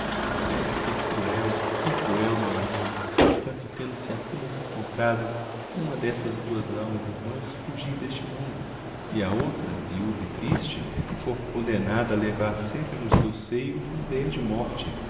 deve ser cruel bem cruel meu amigo quando tendo-se apenas encontrado uma dessas duas almas irmãs fugir deste mundo e a outra viúva e triste for condenada a levar sempre no seu seio uma idéia de morte